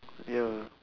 ya